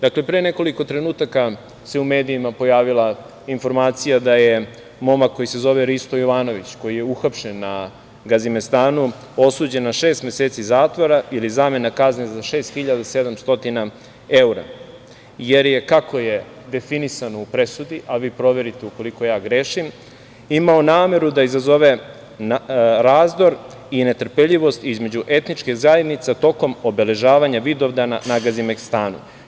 Dakle, pre nekoliko trenutaka se u medijima pojavila informacija da je momak koji se zove Risto Jovanović, koji je uhapšen na Gazimestanu, osuđen na šest meseci zatvora, zamena kazne za 6.700 evra, jer je, kako je definisano u presudi, a vi proverite ukoliko ja grešim, imao nameru da izazove razdor i netrpeljivost između etničkih zajednica tokom obeležavanja Vidovdana na Gazimestanu.